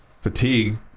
fatigue